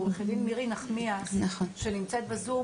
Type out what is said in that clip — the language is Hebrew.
ועורכת דין מירי נחמיאס שנמצאת בזום,